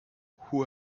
who